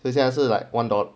这现在 like one dollar